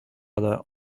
other